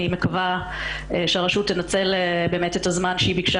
אני מקווה שהרשות תנצל את הזמן שהיא ביקשה